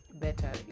better